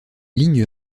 lignes